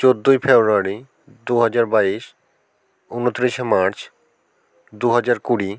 চোদ্দোই ফেব্রুয়ারি দু হাজার বাইশ উনতিরিশে মার্চ দু হাজার কুড়ি